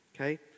Okay